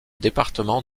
département